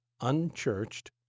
unchurched